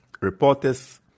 reporters